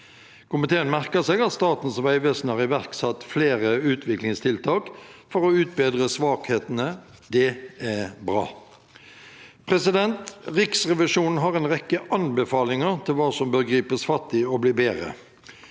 Komiteen merker seg at Statens vegvesen har iverksatt flere utviklingstiltak for å utbedre svakhetene. Det er bra. Riksrevisjonen har en rekke anbefalinger til hva som bør gripes fatt i og bli bedre.